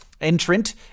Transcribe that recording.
entrant